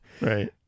right